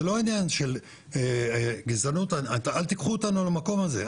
זה לא עניין של גזענות, אל תיקחו אותנו למקום הזה.